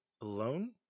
Alone